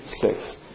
six